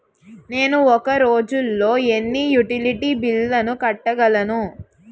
నేను ఒక రోజుల్లో ఎన్ని యుటిలిటీ బిల్లు కట్టగలను?